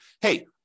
hey